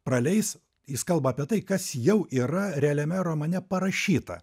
praleis jis kalba apie tai kas jau yra realiame romane parašyta